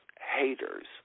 haters